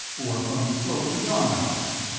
or from the slopes beyond the house,